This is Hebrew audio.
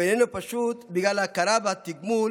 הוא איננו פשוט בגלל ההכרה והתגמול